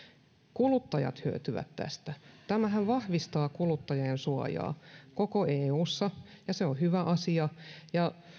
kuluttajat hyötyvät tästä tämähän vahvistaa kuluttajansuojaa koko eussa ja se on hyvä asia ja